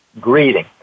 greeting